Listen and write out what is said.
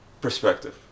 perspective